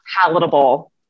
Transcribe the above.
palatable